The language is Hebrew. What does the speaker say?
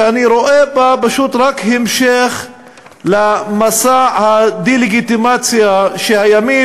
שאני רואה בה פשוט רק המשך למסע הדה-לגיטימציה שהימין,